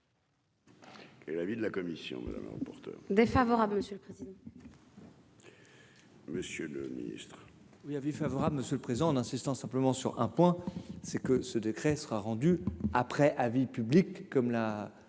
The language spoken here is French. Et l'avis de la commission va l'avoir porteur. Défavorable, monsieur le président. Monsieur le Ministre. Il y avait favorable Monsieur le présent en insistant simplement sur un point, c'est que ce décret sera rendu après avis public comme l'a